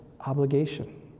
obligation